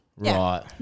Right